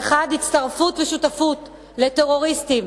האחד, הצטרפות ושותפות לטרוריסטים,